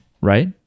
right